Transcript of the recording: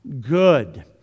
good